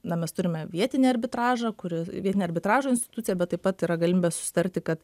na mes turime vietinį arbitražą kuri vietinę arbitražo instituciją bet taip pat yra galimybė susitarti kad